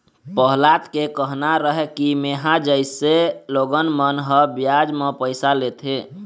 पहलाद के कहना रहय कि मेंहा जइसे लोगन मन ह बियाज म पइसा लेथे,